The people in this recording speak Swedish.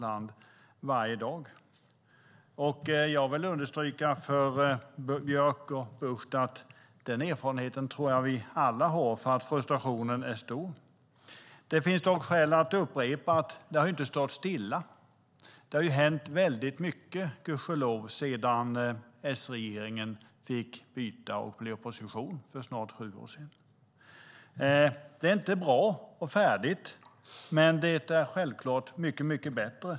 För Björck och Bucht vill jag understryka att vi nog alla har den erfarenheten. Frustrationen är stor. Det finns dock skäl att upprepa att det inte har stått stilla. Det har gudskelov hänt väldigt mycket sedan S-regeringen fick byta sida och blev opposition för snart sju år sedan. Det är inte bra och färdigt, men det är självklart mycket bättre.